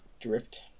Drift